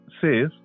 says